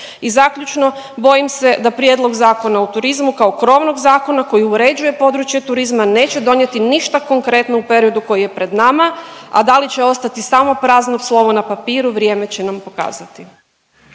I zaključno, bojim se da Prijedlog zakona u turizmu kao krovnog zakona koji uređuje područje turizma neće donijeti ništa konkretno u periodu koji je pred nama, a da li će ostati samo prazno slovo na papiru vrijeme će nam pokazati.